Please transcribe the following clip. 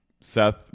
seth